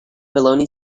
baloney